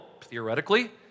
theoretically